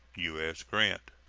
u s. grant.